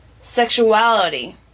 sexuality